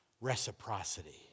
reciprocity